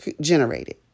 generated